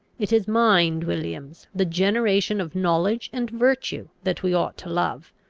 it is mind, williams, the generation of knowledge and virtue, that we ought to love.